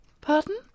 Pardon